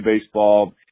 baseball